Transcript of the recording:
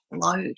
load